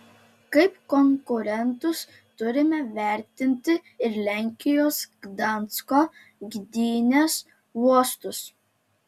kaip konkurentus turime vertinti ir lenkijos gdansko gdynės uostus